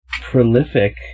prolific